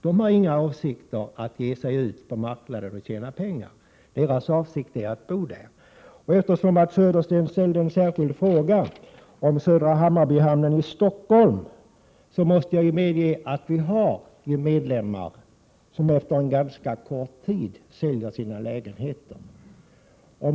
De har ingen avsikt att ge sig ut på marknaden och tjäna pengar, utan deras avsikt är att bo i sin lägenhet. Eftersom Södersten ställde en särskild fråga om Södra Hammarbyhamnen i Stockholm, måste jag medge att det finns medlemmar som efter en ganska kort tid säljer sina lägenheter.